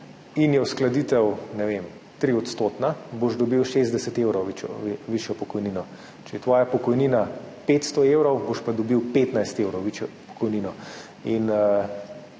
in je uskladitev, ne vem, 3-odstotna, boš dobil 60 evrovvišjo pokojnino. Če je tvoja pokojnina 500 evrov, boš pa dobil 15 evrov višjo pokojnino. V